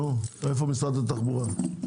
איפה משרד התחבורה?